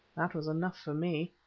that was enough for me,